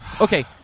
Okay